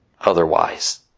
otherwise